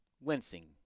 wincing